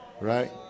Right